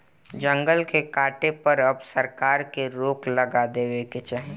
जंगल के काटे पर अब सरकार के रोक लगा देवे के चाही